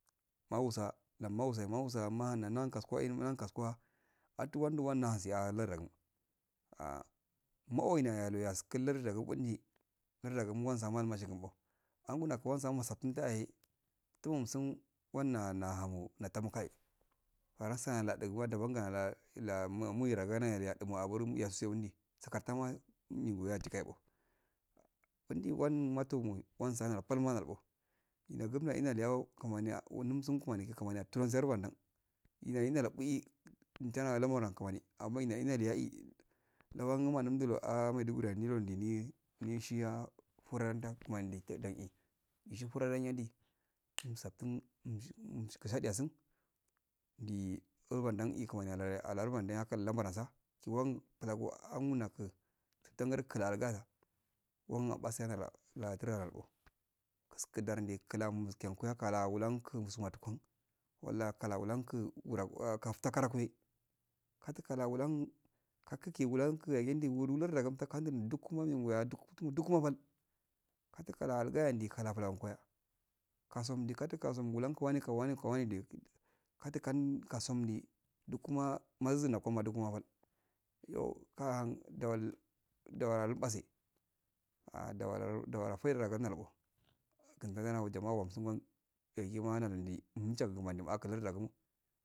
Mausa lam mausa mausa mahana nan kwas kwahe nahan kwas kwa attuwan du wan husi a lard again ah mo e yanaluwa yaskul larda dobundi larda mo wansa malu mashenbo angunna uma sam mosaftin soyahe funum sun wanna nahamo namo kai farasana natugu wadabanga lamuiraganna yadumo agurunyastyondi sakatanwa nigu wai tuka o bundi one matowi nunm salanaro palmanalbo ina gumna inna niyago kumani ya numsun kumani ya turzarnanwa ina ina lugui intana lamora ankuman amma ina ilaihi lawan guina nundudo ah maiduguiya ilundini nini shiya frandau kamani dai indi nishifradan yandi nufsatin ni shadiyasun ndi urbadan e kamani aya aylar bandan e labaransa kiwan plagu angunaku kutanggar klarga wan apase yara latura lal'o kunkudar nde klamzukerka kuwalan kum smat kum walla akala blankun wula kaftan karahuhe kaktara wulan kakuki wulanki yagi lardu yagi ndu wawulu lardu yagam kandumu duk makandumuha duk ma pal kattka yalga yahe ndi kala plankuya kasumdi kutka wulamku waneka wani nde loatukau icasumdi dukuma maznado kadukuma palyo kahan dol dowaradol pase a dawara dawra feida nagadai daqo a kuntango jama'a wam sun gan yagima unchangugi akulardagum